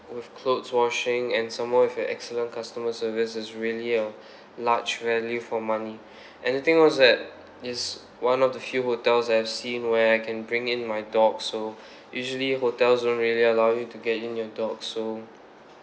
with clothes washing and some more with your excellent customer service is really a large value for money and the thing was that it's one of the few hotels that I've seen where I can bring in my dog so usually hotels don't really allow you to get in your dog so